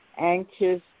anxious